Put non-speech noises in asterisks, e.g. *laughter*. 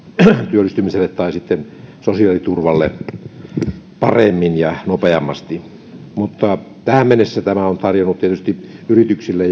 työllistymiselle tai sitten sosiaaliturvalle paremmin ja nopeammasti mutta tähän mennessä tämä on tarjonnut tietysti yrityksille *unintelligible*